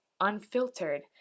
unfiltered